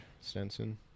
Stenson